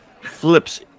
flips